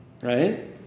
Right